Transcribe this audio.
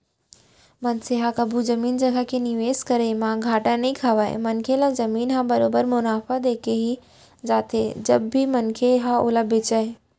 मनसे ह कभू जमीन जघा के निवेस के करई म घाटा नइ खावय मनखे ल जमीन ह बरोबर मुनाफा देके ही जाथे जब भी मनखे ह ओला बेंचय